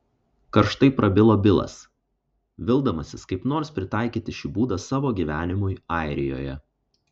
karštai prabilo bilas vildamasis kaip nors pritaikyti šį būdą savo gyvenimui airijoje